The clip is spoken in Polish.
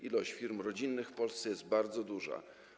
Ilość firm rodzinnych w Polsce jest bardzo duża.